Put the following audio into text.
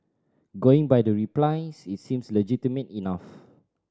going by the replies it seems legitimate enough